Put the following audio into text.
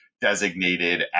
designated